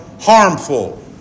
harmful